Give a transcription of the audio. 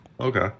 Okay